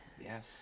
Yes